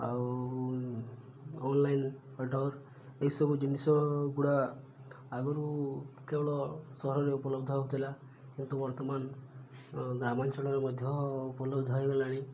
ଆଉ ଅନଲାଇନ୍ ଏଇସବୁ ଜିନିଷ ଗୁଡ଼ା ଆଗରୁ କେବଳ ସହରରେ ଉପଲବ୍ଧ ହଉଥିଲା କିନ୍ତୁ ବର୍ତ୍ତମାନ ଗ୍ରାମାଞ୍ଚଳରେ ମଧ୍ୟ ଉପଲବ୍ଧ ହେଇଗଲାଣି